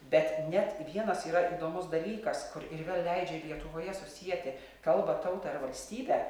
bet net vienas yra įdomus dalykas kur ir vėl leidžia ir lietuvoje susieti kalbą tautą ir valstybę